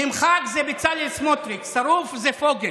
"נמחק" זה בצלאל סמוטריץ', "שרוף" זה פוגל.